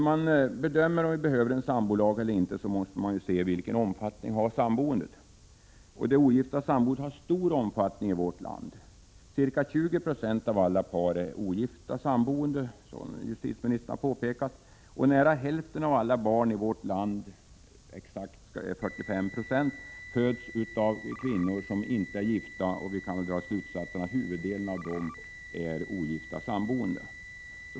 Vid bedömningen av om vi behöver en sambolag eller inte måste man se på vilken omfattning samboendet har. Vi kan konstatera att det ogifta samboendet har stor omfattning i vårt land. Ca 20 96 av alla par är ogifta samboende. Nära hälften, 45 926, av alla barn i vårt land föds av ogifta kvinnor, och vi torde kunna dra slutsatsen att huvuddelen av dem är ogifta samboende.